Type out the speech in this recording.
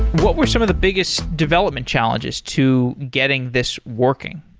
what were some of the biggest development challenges to getting this working?